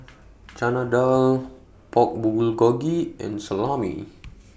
Chana Dal Pork Bulgogi and Salami